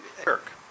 Kirk